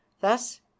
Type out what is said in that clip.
Thus